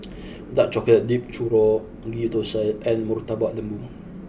dark chocolate dipped Churro Ghee Thosai and Murtabak Lembu